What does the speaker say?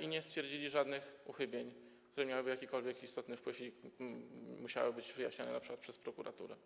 i nie stwierdzili żadnych uchybień, które miałyby jakikolwiek istotny wpływ i musiały być wyjaśnione np. przez prokuraturę.